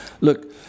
look